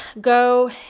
go